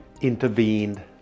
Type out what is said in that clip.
intervened